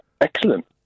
Excellent